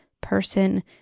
person